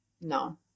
No